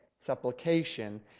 supplication